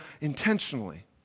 intentionally